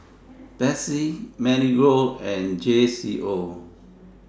Betsy Marigold and J Co